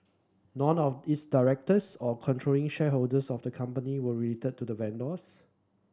none of its directors or controlling shareholders of the company were related to the vendors